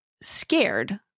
scared